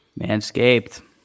Manscaped